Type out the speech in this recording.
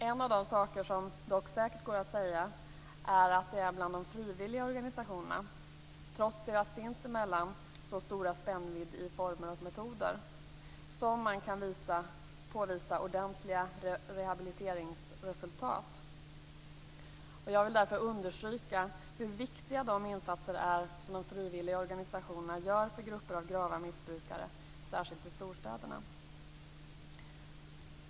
En av de saker som dock säkert går att säga är att det är bland de frivilliga organisationerna, trots deras sinsemellan så stora spännvidd i former och metoder, som man kan påvisa ordentliga rehabiliteringsresultat. Jag vill därför understryka hur viktiga de insatser är som de frivilliga organisationerna gör för grupper av grava missbrukare, särskilt i storstäderna.